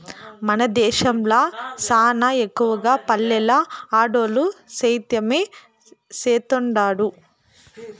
మన దేశంల సానా ఎక్కవగా పల్లెల్ల ఆడోల్లు సేద్యమే సేత్తండారు